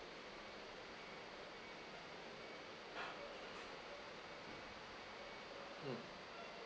mm